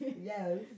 Yes